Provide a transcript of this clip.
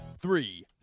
Three